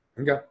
Okay